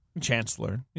Chancellor